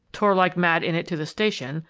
tore like mad in it to the station,